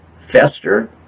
fester